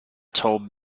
told